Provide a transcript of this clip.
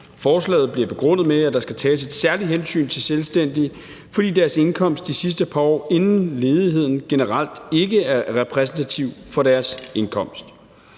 Forslaget bliver begrundet med, at der skal tages et særligt hensyn til selvstændige, fordi deres indkomst de sidste par år inden ledigheden generelt ikke er repræsentativ for deres indkomst.